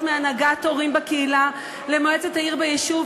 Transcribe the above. מהנהגת הורים בקהילה למועצת העיר ביישוב,